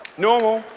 normal.